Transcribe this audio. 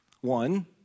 One